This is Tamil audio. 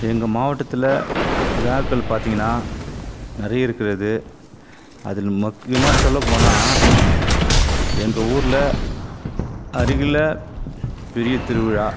எங்கள் மாவட்டத்தில் விழாக்கள் பார்த்தீங்கன்னா நிறைய இருக்கிறது அதில் முக்கியமாக சொல்ல போனால் எங்கள் ஊரில் அருகில் பெரியத்திருவிழா